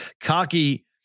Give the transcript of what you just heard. Cocky